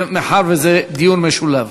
מאחר שזה דיון משולב.